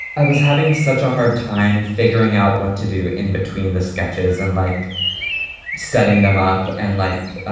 i was having such a hard time figuring out what to do in between the sketches and like setting them up. and like